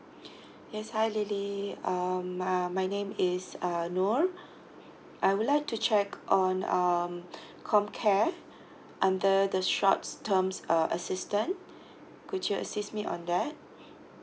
yes hi lily um uh my name is uh nor I would like to check on um homecare under the short term uh assistant could you assist me on that